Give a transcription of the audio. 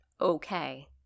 okay